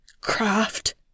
craft